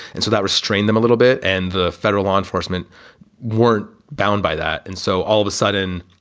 and so that restrain them a little bit. and the federal law enforcement weren't bound by that. and so all of a sudden,